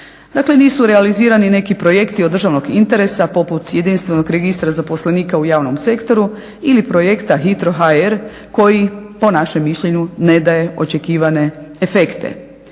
Dakle, nisu realizirani neki projekti od državnog interesa poput jedinstvenog registra zaposlenika u javnom sektoru ili projekta HITRO-HR koji po našem mišljenju ne daje očekivane efekte.